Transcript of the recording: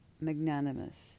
magnanimous